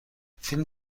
فیلم